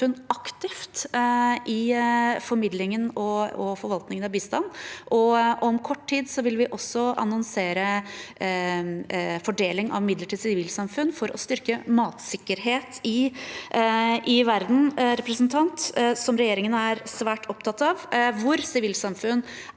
aktivt i formidlingen og forvaltningen av bistand. Om kort tid vil vi også annonsere fordeling av midler til sivilsamfunn for å styrke matsikkerhet i verden, noe regjeringen er svært opptatt av, og hvor sivilsamfunn